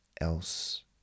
else